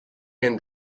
hand